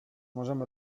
możemy